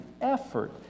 effort